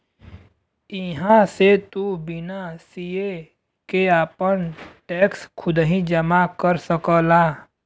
इहां से तू बिना सीए के आपन टैक्स खुदही जमा कर सकला